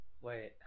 Wait